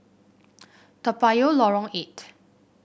Toa Payoh Lorong Eight